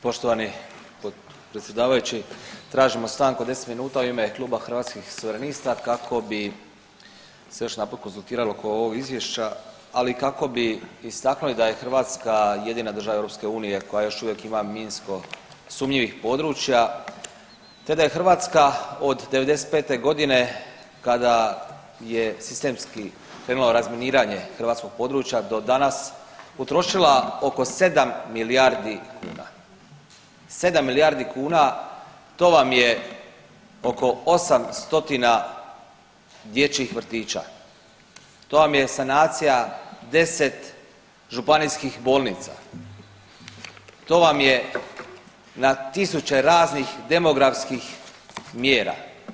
Poštovani predsjedavajući, tražimo stanku od 10 minuta u ime Kluba Hrvatskih suverenista kako bi se još jedanput konzultirali oko ovog izvješća, ali i kako bi istaknuli da je Hrvatska jedina država EU koja još uvijek ima minsko sumnjivih područja, te da je Hrvatska od '95.g. kada je sistemski krenula u razminiranje hrvatskog područja do danas utrošila oko 7 milijardi kuna, 7 milijardi kuna to vam je oko 8 stotina dječjih vrtića, to vam je sanacija 10 županijskih bolnica, to vam je na tisuće raznih demografskih mjera.